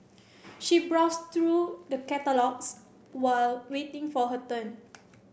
she browsed through the catalogues while waiting for her turn